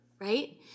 right